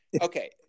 Okay